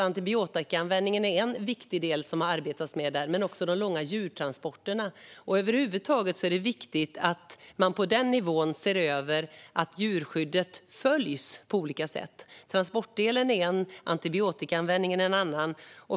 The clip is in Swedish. Antibiotikaanvändningen är såklart en viktig del som man har arbetat med där; en annan är de långa djurtransporterna. Det är över huvud taget viktigt att på den nivån se över att djurskyddet följs på olika sätt. Transporterna är en del och antibiotikaanvändningen en annan.